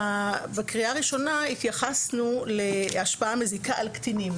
בקריאה הראשונה התייחסנו להשפעה מזיקה על קטינים